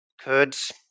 Kurds